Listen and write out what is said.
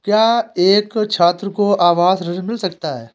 क्या एक छात्र को आवास ऋण मिल सकता है?